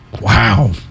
Wow